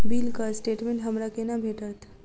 बिलक स्टेटमेंट हमरा केना भेटत?